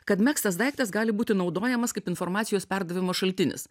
kad megztas daiktas gali būti naudojamas kaip informacijos perdavimo šaltinis